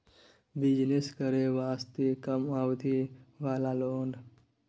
Business करे वास्ते कम अवधि वाला लोन?